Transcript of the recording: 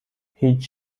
هیچ